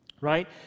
Right